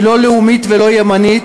היא לא לאומית ולא ימנית,